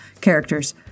characters